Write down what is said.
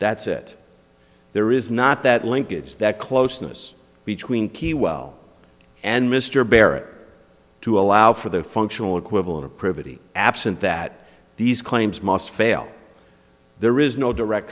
that's it there is not that linkage that closeness between keywell and mr barrett to allow for the functional equivalent of privity absent that these claims must fail there is no direct